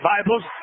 Bibles